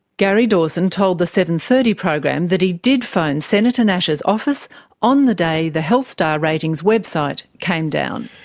gary dawson told the seven. thirty program that he did phone senator nash's office on the day the healthy star ratings website came down.